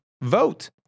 vote